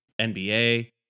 NBA